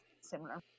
similar